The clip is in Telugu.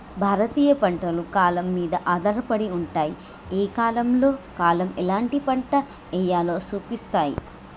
భారతీయ పంటలు కాలం మీద ఆధారపడి ఉంటాయి, ఏ కాలంలో కాలం ఎలాంటి పంట ఎయ్యాలో సూపిస్తాయి